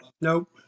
Nope